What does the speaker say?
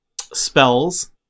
spells